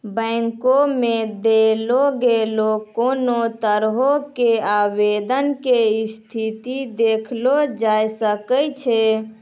बैंको मे देलो गेलो कोनो तरहो के आवेदन के स्थिति देखलो जाय सकै छै